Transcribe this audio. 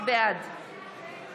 בעד